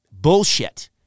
Bullshit